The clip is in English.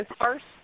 first